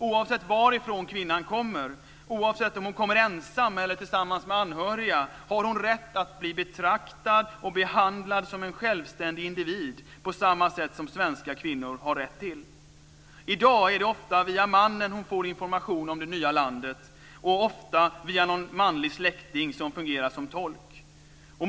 Oavsett varifrån kvinnan kommer, oavsett om hon kommer ensam eller tillsammans med anhöriga har hon rätt att bli betraktad och behandlad som en självständig individ på samma sätt som svenska kvinnor har den rätten. I dag är det ofta via mannen som hon får information om det nya landet och ofta via någon manlig släkting som fungerar som tolk.